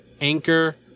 Anchor